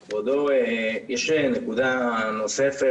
כבודו, יש נקודה נוספת.